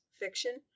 fiction